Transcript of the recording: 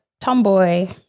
tomboy